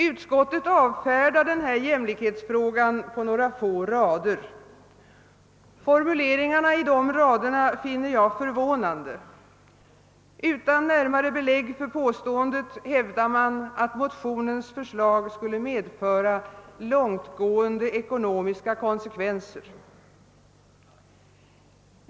:- Utskottet avfärdar denna jämlikhetsfråga på några få rader. Formuleringarna i dessa rader finner jag förvånande. Utan närmare belägg för påståendet hävdar man att motionens förslag skulle medföra »långtgående ekonomiska konsekvenser».